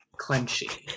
clenchy